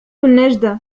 النجدة